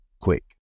quick